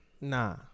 Nah